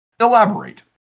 elaborate